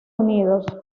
unidos